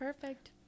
Perfect